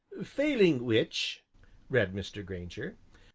failing which read mr. grainger,